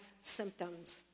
symptoms